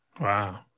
Wow